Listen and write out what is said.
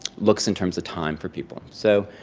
looks, in terms of time, for people. so,